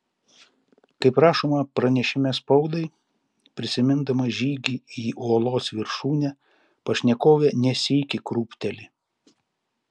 kaip rašoma pranešime spaudai prisimindama žygį į uolos viršūnę pašnekovė ne sykį krūpteli